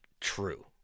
true